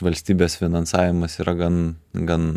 valstybės finansavimas yra gan gan